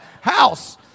house